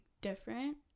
different